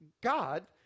God